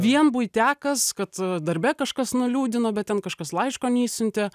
vien buitekas kad darbe kažkas nuliūdino bet ten kažkas laiško neišsiuntė